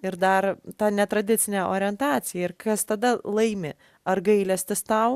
ir dar netradicinę orientaciją ir kas tada laimi ar gailestis tau